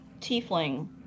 Tiefling